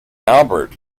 albert